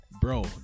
Bro